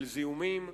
של זיהומים,